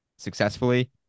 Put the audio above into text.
successfully